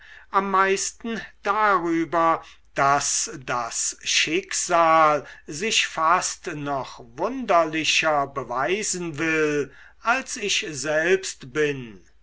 am meisten darüber daß das schicksal sich fast noch wunderlicher beweisen will als ich selbst bin